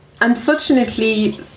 Unfortunately